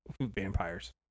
Vampires